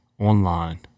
online